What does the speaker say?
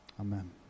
Amen